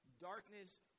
darkness